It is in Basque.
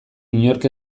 inork